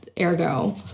ergo